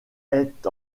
est